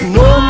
no